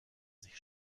sich